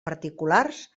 particulars